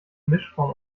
mischform